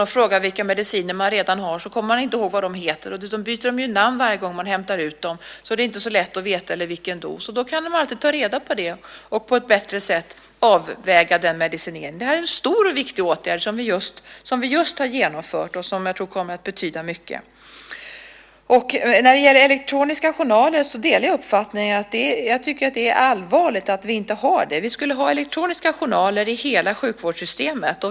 När doktorn frågar vilka mediciner man redan har kommer man inte ihåg vad de heter, och sedan byter de ju namn varje gång man hämtar ut dem. Det är inte så lätt att veta vilka det är eller vilken dos. Det kan man alltid ta reda på, och därmed på ett bättre sätt avväga medicineringen. Det är en stor och viktig åtgärd som vi just har genomfört och som jag tror kommer att betyda mycket. När det gäller elektroniska journaler delar jag uppfattningen. Jag tycker att det är allvarligt att vi inte har det. Vi borde ha elektroniska journaler i hela sjukvårdssystemet.